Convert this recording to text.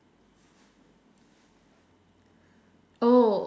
oh